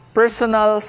personal